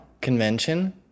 convention